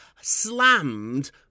slammed